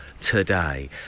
today